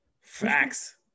Facts